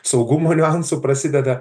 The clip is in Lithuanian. saugumo niuansų prasideda